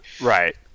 Right